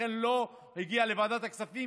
לכן זה לא הגיע לוועדת הכספים.